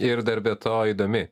ir dar be to įdomi